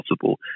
possible